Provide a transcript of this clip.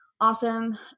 awesome